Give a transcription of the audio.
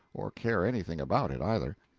or care anything about it, either.